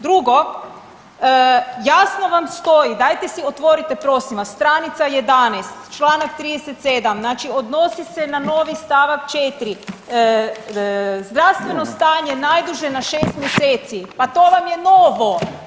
Drugo, jasno vam stoji, dajte si otvorite, prosim vas, stranica 11 čl. 37, znači odnosi se na novi st. 4, zdravstveno stanje najduže na 6 mjeseci, pa to vam je novo.